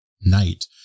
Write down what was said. night